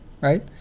right